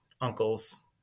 uncles